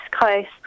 coast